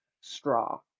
straw